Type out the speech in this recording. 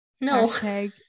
no